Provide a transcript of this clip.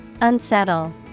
Unsettle